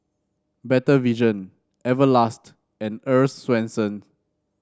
Better Vision Everlast and Earl's Swensens